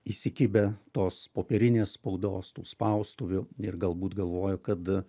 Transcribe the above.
įsikibę tos popierinės spaudos tų spaustuvių ir galbūt galvojo kad